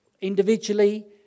individually